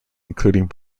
including